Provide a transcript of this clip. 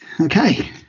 okay